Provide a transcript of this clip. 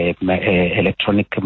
electronic